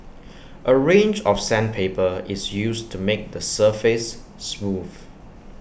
A range of sandpaper is used to make the surface smooth